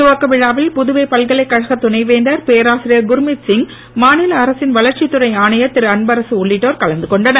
துவக்க விழாவில் புதுவை பல்கலைக்கழக துணை வேந்தர் பேராசிரியர் குர்மித் சிங் மாநில அரசின் வளர்ச்சித் துறை ஆணையர் திரு அன்பரக உள்ளிட்டோர் கலந்து கொண்டனர்